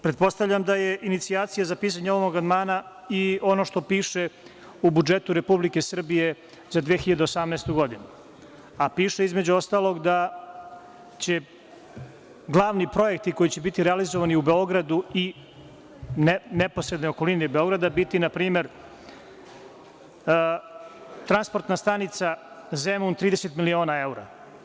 Pretpostavljam da je inicijacija za pisanje ovog amandmana i ono što piše u budžetu Republike Srbije za 2018. godinu, a piše između ostalog da će glavni projekti koji će biti realizovani u Beogradu i neposrednoj okolini Beograda biti na primer transportna stanica Zemun, 30 miliona evra.